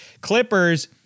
Clippers